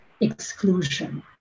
exclusion